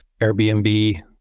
Airbnb